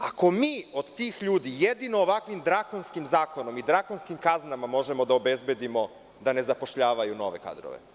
Ako mi od tih ljudi jedino ovakvim drakonskim zakonom i drakonskim kaznama možemo da obezbedimo da ne zapošljavaju nove kadrove.